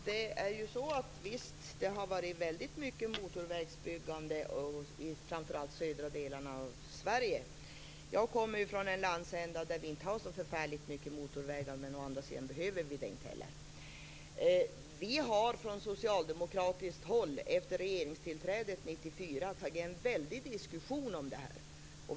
Herr talman! Visst har det varit väldigt mycket motorvägsbyggande i framför allt de södra delarna av Sverige. Jag kommer ju från en landsända där vi inte har så förfärligt mycket motorvägar, men å andra sidan behöver vi det inte heller. Vi har från socialdemokratiskt håll efter regeringstillträdet 1994 haft en väldig diskussion om det här.